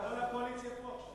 הקואליציה פה.